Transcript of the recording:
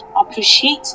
appreciate